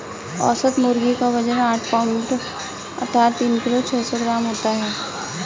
औसत मुर्गी क वजन आठ पाउण्ड अर्थात तीन किलो छः सौ ग्राम तक होता है